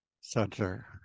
Center